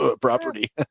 property